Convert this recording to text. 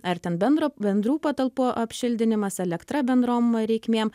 ar ten bendro bendrų patalpų apšildinimas elektra bendrom reikmėm